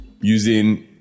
using